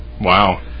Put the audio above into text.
Wow